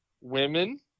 women